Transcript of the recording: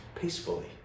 peacefully